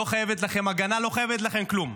לא חייבת לכם הגנה, לא חייבת לכם כלום.